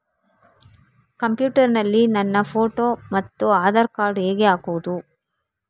Computer ನಲ್ಲಿ ನನ್ನ photo ಮತ್ತು ಆಧಾರ್ ಕಾರ್ಡ್ ಹೇಗೆ ಹಾಕುವುದು?